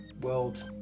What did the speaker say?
world